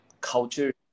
culture